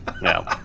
No